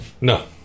no